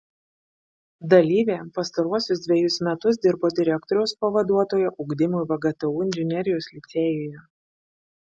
dalyvė pastaruosius dvejus metus dirbo direktoriaus pavaduotoja ugdymui vgtu inžinerijos licėjuje